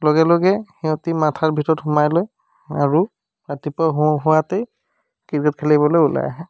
লগে লগে সিহঁতি মাথাৰ ভিতৰত সুমুৱাই লয় আৰু ৰাতিপুৱা হো হোৱাতেই ক্ৰিকেট খেলিবলৈ ওলাই আহে